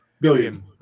billion